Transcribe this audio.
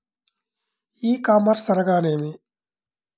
ఈ కామర్స్ అనగా నేమి?